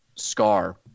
scar